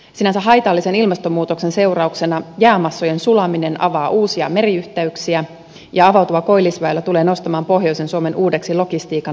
sinänsä haitallisen ilmastonmuutoksen seurauksena jäämassojen sulaminen avaa uusia meriyhteyksiä ja avautuva koillisväylä tulee nostamaan pohjoisen suomen uudeksi logistiikan